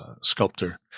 sculptor